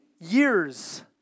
years